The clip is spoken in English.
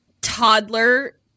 toddler